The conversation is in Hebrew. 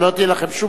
שלא תהיה לכם שום,